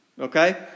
Okay